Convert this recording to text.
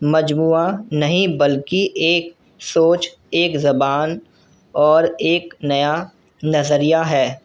مجموعہ نہیں بلکہ ایک سوچ ایک زبان اور ایک نیا نظریہ ہے